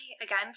again